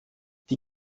die